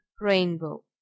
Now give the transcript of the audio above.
Rainbow